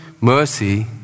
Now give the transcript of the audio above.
mercy